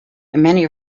many